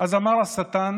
"אז אמר השטן: